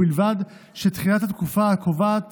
ובלבד שבתחילת התקופה הקובעת